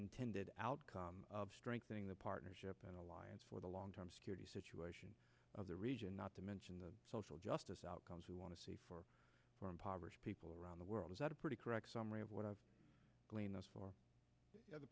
intended outcome of strengthening the partnership and alliance for the long term security situation of the region not to mention the social justice outcomes we want to see for more impoverished people around the world is a pretty correct summary of what i've glean